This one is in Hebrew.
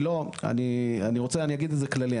אני אגיד את זה כללי,